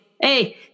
hey